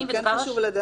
אבל כן חשוב לדעת.